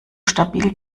stabil